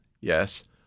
yes